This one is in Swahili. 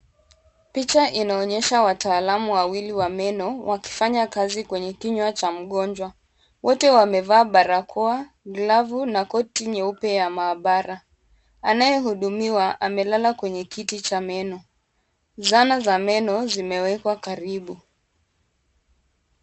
Picha inaonyesha wataalamu wawili wa meno wakifanya kazi kwenye kinywa cha mgonjwa. Wote wamevaa barakoa, glavu na koti nyeupe ya maabara. Anayehudumiwa amelala kwenye kiti cha meno. Zana za meno zimewekwa karibu.